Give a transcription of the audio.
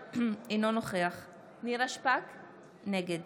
אינו נוכח נירה שפק, נגד